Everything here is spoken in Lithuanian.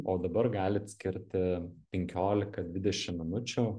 o dabar galit skirti penkiolika dvidešim minučių